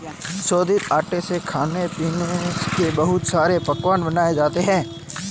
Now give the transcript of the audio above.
शोधित आटे से खाने पीने के बहुत सारे पकवान बनाये जाते है